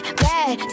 bad